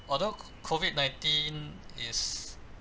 although c~ COVID nineteen is